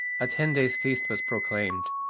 a ten days' feast was proclaimed,